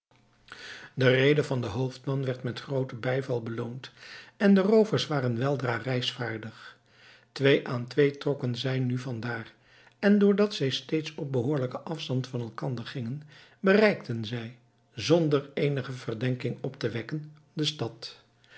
de rede van den hoofdman werd met grooten bijval beloond en de roovers waren weldra reisvaardig twee aan twee trokken zij nu van daar en doordat zij steeds op behoorlijken afstand van elkander gingen bereikten zij zonder eenige verdenking op te wekken de stad